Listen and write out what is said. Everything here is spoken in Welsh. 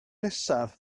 nesaf